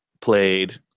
played